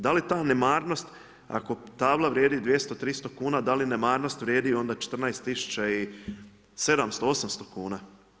Da li ta nemarnost ako tabla vrijedi 200, 300 kuna da li nemarnost vrijedi onda 14 tisuća i 700, 800 kuna?